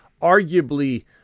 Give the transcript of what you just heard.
arguably